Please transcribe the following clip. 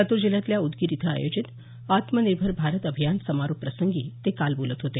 लातूर जिल्ह्यातल्या उदगीर इथं आयोजित आत्मनिर्भर भारत अभियान समारोप प्रसंगी ते काल बोलत होते